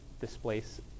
displace